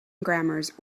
grammars